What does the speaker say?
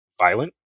violent